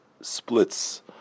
splits